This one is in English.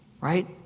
Right